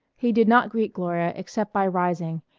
he did not greet gloria except by rising,